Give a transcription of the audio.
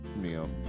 meal